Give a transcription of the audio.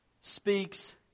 Speaks